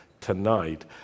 tonight